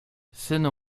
synu